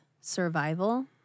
survival